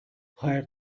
hires